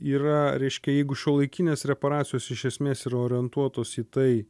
yra reiškia jeigu šiuolaikinės reparacijos iš esmės yra orientuotos į tai